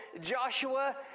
Joshua